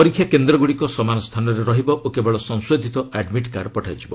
ପରୀକ୍ଷା କେନ୍ଦ୍ରଗୁଡ଼ିକ ସମାନ ସ୍ଥାନରେ ରହିବ ଓ କେବଳ ସଂଶୋଧିତ ଆଡ୍ମିଟ୍ କାର୍ଡ଼ ପଠାଯିବ